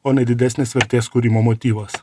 o ne didesnės vertės kūrimo motyvas